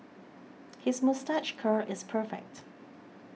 his moustache curl is perfect